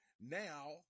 now